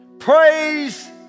Praise